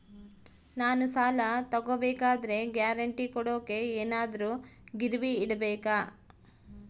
ನಾನು ಸಾಲ ತಗೋಬೇಕಾದರೆ ಗ್ಯಾರಂಟಿ ಕೊಡೋಕೆ ಏನಾದ್ರೂ ಗಿರಿವಿ ಇಡಬೇಕಾ?